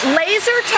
laser